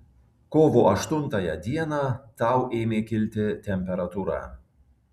kovo aštuntąją dieną tau ėmė kilti temperatūra